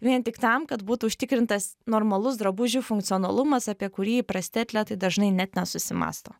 vien tik tam kad būtų užtikrintas normalus drabužių funkcionalumas apie kurį įprasti atletai dažnai net nesusimąsto